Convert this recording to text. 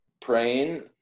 praying